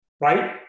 right